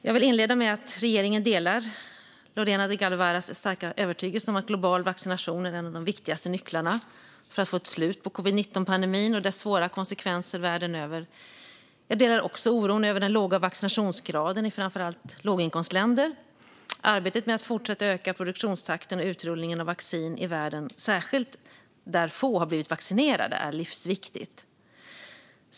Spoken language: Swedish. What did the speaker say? Jag vill inleda med att regeringen delar Lorena Delgado Varas starka övertygelse om att global vaccination är en av de viktigaste nycklarna för att få ett slut på covid-19-pandemin och dess svåra konsekvenser världen över. Jag delar också oron över den låga vaccinationsgraden i framför allt låginkomstländer. Arbetet med att fortsätta öka produktionstakten och utrullningen av vaccin i världen, särskilt där få har blivit vaccinerade, är livsviktigt.